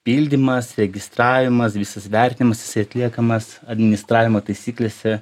pildymas registravimas visas vertimas jisai atliekamas administravimo taisyklėse